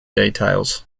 details